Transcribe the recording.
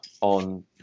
on